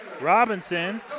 Robinson